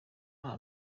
nta